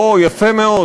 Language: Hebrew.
או, יפה מאוד.